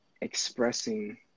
expressing